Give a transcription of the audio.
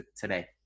today